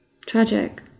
Tragic